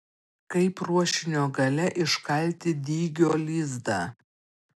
kaip ruošinio gale iškalti dygio lizdą